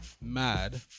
mad